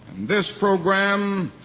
this program,